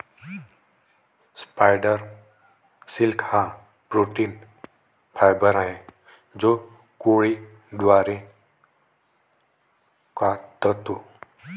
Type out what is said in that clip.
spider silk हा protein fibre आहे जो कोळी द्वारे काततो